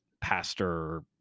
Pastor